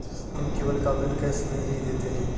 हम केबल का bill cash में ही देते हैं